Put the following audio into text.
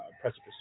precipice